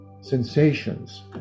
sensations